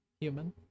human